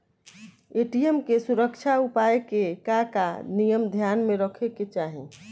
ATM के सुरक्षा उपाय के का का नियम ध्यान में रखे के चाहीं?